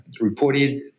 reported